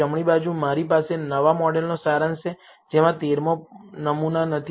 જમણી બાજુ મારી પાસે નવા મોડેલનો સારાંશ છે જેમાં 13 મો નમૂના નથી